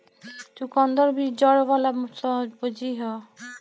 चुकंदर भी जड़ वाला सब्जी हअ